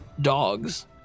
dogs